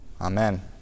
Amen